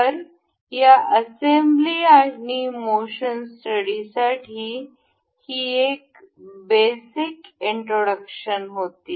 तर या असेंब्ली आणि मोशन स्टडीसाठी ही एक बेसिक इंट्रोडक्शन होती